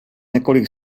několik